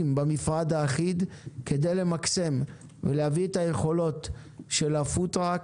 במפרט האחיד כדי למקסם את היכולות של הפוד-טראק